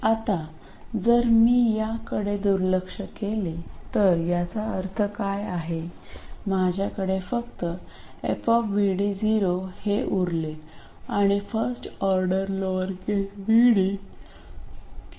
आता जर मी याकडे दुर्लक्ष केले तर याचा अर्थ काय आहे माझ्याकडे फक्त f हे उरले आणि first order lower case vd किंवा वाढीव vd